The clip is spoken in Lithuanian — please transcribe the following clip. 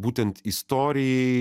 būtent istorijai